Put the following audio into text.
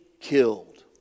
killed